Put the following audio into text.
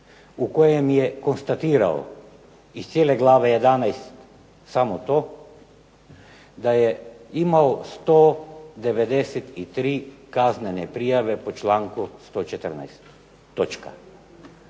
u kojem je konstatirao iz cijele glave 11. samo to da je imao 193 kaznene prijave po članku 114.